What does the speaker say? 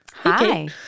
Hi